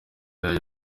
yayo